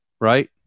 Right